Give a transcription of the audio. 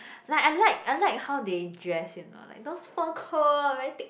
like I like I like how they dress you know those fur coat very thick